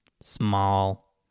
Small